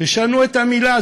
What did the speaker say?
תשנו את המילה,